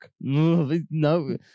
No